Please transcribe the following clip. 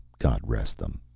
god rest them.